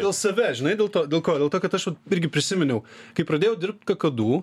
dėl savęs žinai dėl to dėl ko dėl to kad aš vat irgi prisiminiau kai pradėjau dirbt kakadu